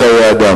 ערך חיי אדם.